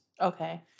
Okay